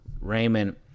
Raymond